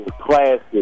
classic